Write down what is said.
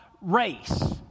race